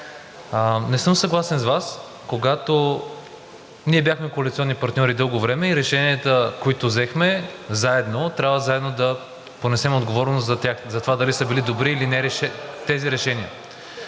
не съм съгласен с Вас, когато ние бяхме коалиционни партньори дълго време и решенията, които взехме заедно, трябва заедно да понесем отговорност за тях и за това дали са били добри тези решения.